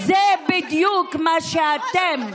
זה בדיוק מה שאתם.